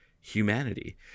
humanity